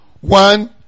One